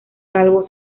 calvo